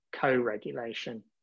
co-regulation